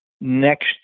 next